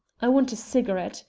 i want a cigarette.